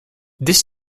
this